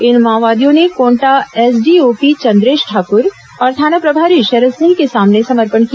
इन माओवादियों ने कोन्टा एसडीओपी चंद्रेश ठाकुर और थाना प्रभारी शरद सिंह के सामने समर्पण किया